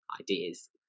ideas